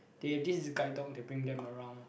they have this guide dog that bring them around